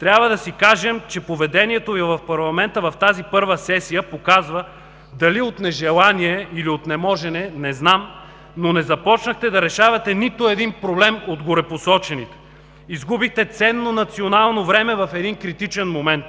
трябва да си кажем, че поведението ви в парламента в тази първа сесия показва, дали от нежелание или от неможене, не знам, но не започнахте да решавате нито един проблем от горепосочените. Изгубихте ценно национално време в един критичен момент.